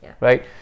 right